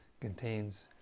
contains